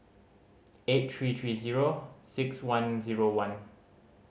eight three three zero six one zero one